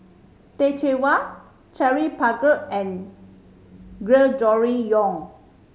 Teh Cheang Wan Paglar and Gregory Yong